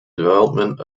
development